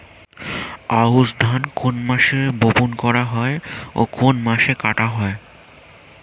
আউস ধান কোন মাসে বপন করা হয় ও কোন মাসে কাটা হয়?